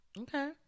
Okay